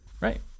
Right